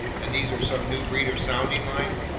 and these are some new breed of sounding line?